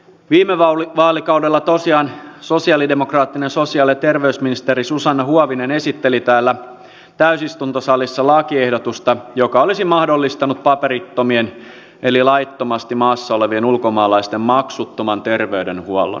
viime vaalikaudella tosiaan sosialidemokraattinen sosiaali ja terveysministeri susanna huovinen esitteli täällä täysistuntosalissa lakiehdotusta joka olisi mahdollistanut paperittomien eli laittomasti maassa olevien ulkomaalaisten maksuttoman terveydenhuollon